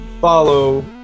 Follow